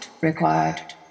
required